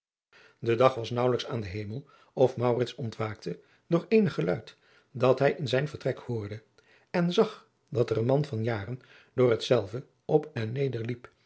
de dag was naauwelijks aan den hemel of maurits ontwaakte door eenig geluid dat hij in zijn vertrek hoorde en zag dat er een man van jaren door hetzelve op en